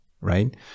right